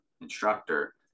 instructor